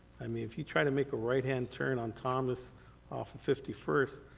i mean, if you try to make a right hand turn on thomas off of fifty first,